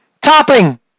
topping